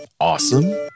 awesome